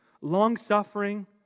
long-suffering